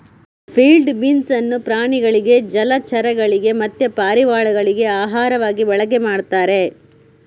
field beans ಅನ್ನು ಪ್ರಾಣಿಗಳಿಗೆ ಜಲಚರಗಳಿಗೆ ಮತ್ತೆ ಪಾರಿವಾಳಗಳಿಗೆ ಆಹಾರವಾಗಿ ಬಳಕೆ ಮಾಡ್ತಾರೆ